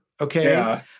okay